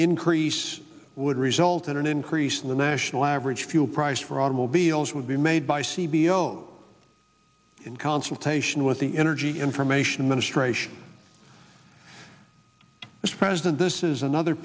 increase would result in an increase in the national average fuel price for automobiles would be made by c b o in consultation with the energy information administration as president this is another